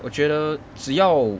我觉得只要